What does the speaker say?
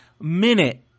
minute